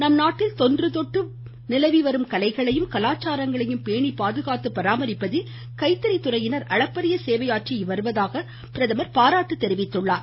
நம் நாட்டில் தொன்றுதொட்டு கலைகளையும் கலாச்சாரங்களையும் பேணி பாதுகாத்து பராமரிப்பதில் கைத்தறி துறையினர் அளப்பறிய சேவையாற்றி இருப்பதாக பிரதமர் பாராட்டியுள்ளார்